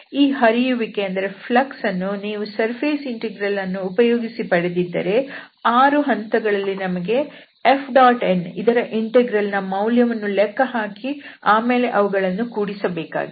ಈ ಹರಿಯುವಿಕೆ ಯನ್ನು ನೀವು ಸರ್ಫೇಸ್ ಇಂಟೆಗ್ರಲ್ ಅನ್ನು ಉಪಯೋಗಿಸಿ ಪಡೆದಿದ್ದರೆ 6 ಹಂತಗಳಲ್ಲಿ ನಮಗೆ Fn ಇದರ ಇಂಟೆಗ್ರಲ್ ನ ಮೌಲ್ಯವನ್ನು ಲೆಕ್ಕಹಾಕಿ ಆಮೇಲೆ ಅವುಗಳನ್ನು ಕೂಡಿಸಬೇಕಾಗಿತ್ತು